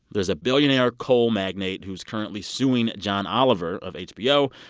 there's a billionaire coal magnate who's currently suing john oliver of hbo.